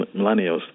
millennials